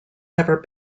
never